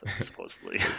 supposedly